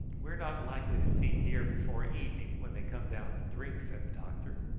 we are not likely to see deer before evening when they come down to drink, said the doctor.